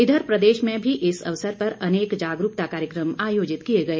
इधर प्रदेश में भी इस अवसर पर अनेक जागरूकता कार्यक्रम आयोजित किए गए